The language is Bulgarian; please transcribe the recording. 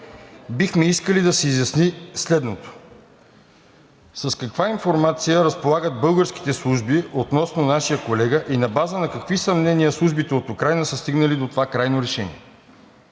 Бихме искали да се изясни следното: С каква информация разполагат българските служби относно нашия колега и на база на какви съмнения службите от Украйна са стигнали до това крайно решение?